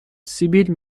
سیبیل